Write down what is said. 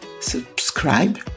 subscribe